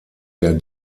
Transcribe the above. der